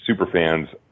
superfans